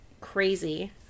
crazy